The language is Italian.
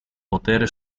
potere